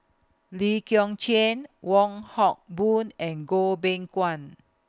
Lee Kong Chian Wong Hock Boon and Goh Beng Kwan